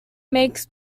makes